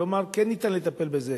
כלומר, כן ניתן לטפל בזה.